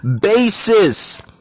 basis